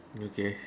okay